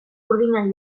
urdinak